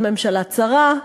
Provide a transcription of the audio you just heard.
של ממשלה צרה,